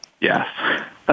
Yes